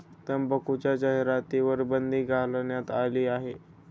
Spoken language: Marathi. तंबाखूच्या जाहिरातींवर बंदी घालण्यात आली आहे